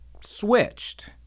switched